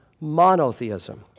monotheism